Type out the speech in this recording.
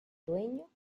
dueño